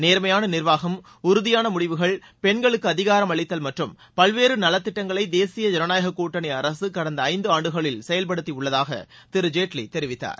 நேர்மையான நிர்வாகம் உறுதியான முடிவுகள் பெண்களுக்கு அதிகாரம் அளித்தல் மற்றும் பல்வேறு நலத்திட்டங்களை தேசிய ஜனநாயக கூட்டணி அரசு கடந்த ஐந்து ஆண்டுகளில் செயல்படுத்தியுள்ளதாக திரு ஜேட்லி தெரிவித்தார்